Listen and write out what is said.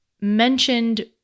mentioned